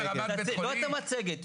לא את המצגת,